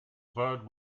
bird